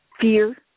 fear